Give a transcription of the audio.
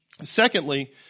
Secondly